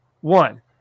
one